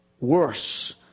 worse